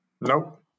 Nope